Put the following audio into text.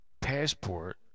passport